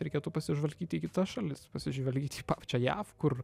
reikėtų pasižvalgyti į kitas šalis pasižvalgyti į pačią jav kur